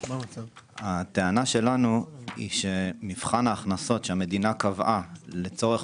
הטענה שלנו היא שמבחן ההכנסות שהמדינה קבעה לצורך